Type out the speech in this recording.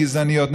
גזעניות,